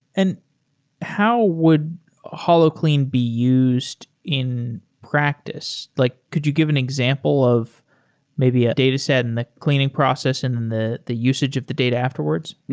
and how would holoclean be used in practice? like could you give an example of maybe a dataset and the cleaning process and and the the usage of the data afterwards?